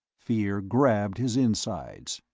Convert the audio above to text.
fear grabbed his insides.